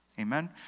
Amen